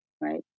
right